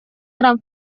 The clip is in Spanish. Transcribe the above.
gran